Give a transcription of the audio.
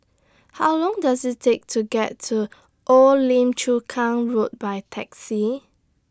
How Long Does IT Take to get to Old Lim Chu Kang Road By Taxi